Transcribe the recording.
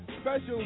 special